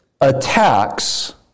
attacks